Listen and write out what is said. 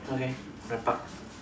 okay wrap up